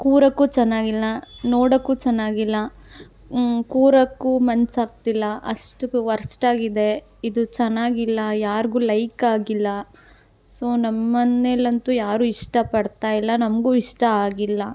ಕೂರೋಕ್ಕೂ ಚೆನ್ನಾಗಿಲ್ಲ ನೋಡೋಕ್ಕೂ ಚೆನ್ನಾಗಿಲ್ಲ ಕೂರೋಕ್ಕೂ ಮನಸ್ಸಾಗ್ತಿಲ್ಲ ಅಷ್ಟು ವರ್ಸ್ಟಾಗಿದೆ ಇದು ಚೆನ್ನಾಗಿಲ್ಲ ಯಾರಿಗೂ ಲೈಕ್ ಆಗಿಲ್ಲ ಸೋ ನಮ್ಮ ಮನೆಯಲ್ಲಂತೂ ಯಾರೂ ಇಷ್ಟಪಡ್ತಾ ಇಲ್ಲ ನಮಗೂ ಇಷ್ಟ ಆಗಿಲ್ಲ